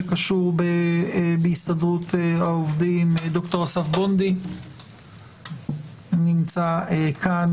שקשור להסתדרות העובדים דוקטור אסף בונדי נמצא כאן.